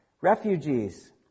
Refugees